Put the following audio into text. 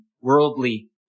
worldly